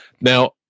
Now